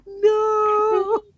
No